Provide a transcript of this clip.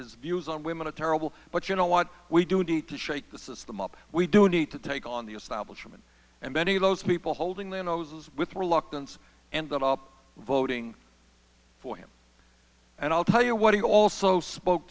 his views on women a terrible but you know what we do need to shake the system up we do need to take on the establishment and many of those people holding their noses with reluctance and that are voting for him and i'll tell you what he also spoke